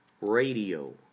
Radio